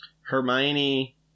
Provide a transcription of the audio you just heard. Hermione